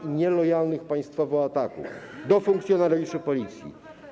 i nielojalnych państwowo ataków, do funkcjonariuszy Policji.